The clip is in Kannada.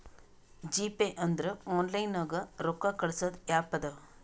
ಜಿಪೇ ಅಂದುರ್ ಆನ್ಲೈನ್ ನಾಗ್ ರೊಕ್ಕಾ ಕಳ್ಸದ್ ಆ್ಯಪ್ ಅದಾ